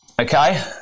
okay